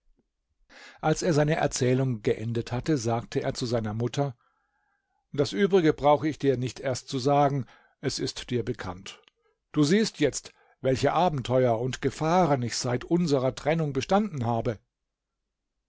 als er seine erzählung geendet hatte sagte er zu seiner mutter das übrige brauche ich dir nicht erst zu sagen es ist dir bekannt du siehst jetzt welche abenteuer und gefahren ich seit unserer trennung bestanden habe